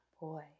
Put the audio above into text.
Boy